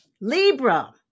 Libra